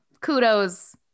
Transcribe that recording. kudos